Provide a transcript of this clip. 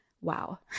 Wow